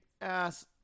ass